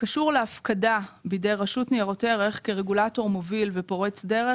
קשור להפקדה בידי רשות לניירות ערך כרגולטור מוביל ופורץ דרך,